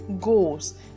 goals